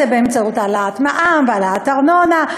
באמצעות העלאת מע"מ והעלאת ארנונה.